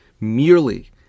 merely